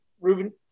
Ruben